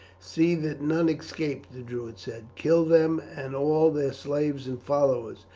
see that none escape, the druid said. kill them and all their slaves and followers.